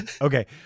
Okay